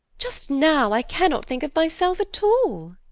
just now i cannot think of myself at all.